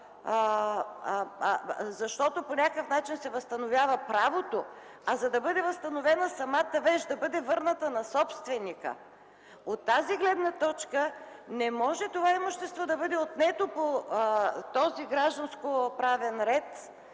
защото по някакъв начин се възстановява правото, а самата вещ да бъде върната на собственика. От тази гледна точка не може това имущество да бъде отнето по гражданско правен ред